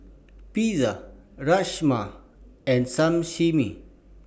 Pizza Rajma and Sashimi